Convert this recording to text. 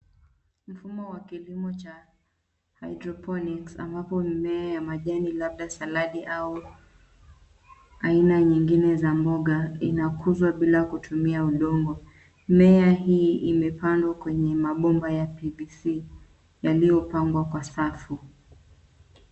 Mfumo wa kilimo cha hydroponics ampabo mimea ya majani labda saladi au aina nyingine za mboga inakuzwa bila kutumia udongo. Mmea hii imepandwa kwenye mabomba ya PVC yaliyopangwa kwa safu.